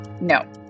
no